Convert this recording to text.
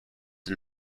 and